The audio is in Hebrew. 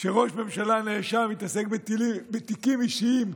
שראש ממשלה נאשם יתעסק בתיקים אישיים,